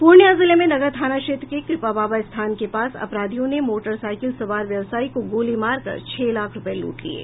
पूर्णिया जिले में नगर थाना क्षेत्र के कृपा बाबा स्थान के पास अपराधियों ने मोटरसाइकिल सवार व्यवसायी को गोली मारकर छह लाख रुपये लूट लिये